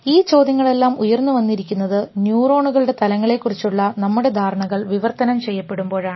ഈ ചോദ്യങ്ങളെല്ലാം ഉയർന്നുവന്നിരിക്കുന്നത് ന്യൂറോണുകളുടെ തലങ്ങളെകുറിച്ചുള്ള നമ്മുടെ ധാരണകൾ വിവർത്തനം ചെയ്യപ്പെടുമ്പോഴാണ്